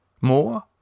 More